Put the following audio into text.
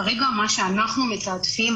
כרגע מה שאנחנו מתעדפים,